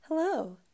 Hello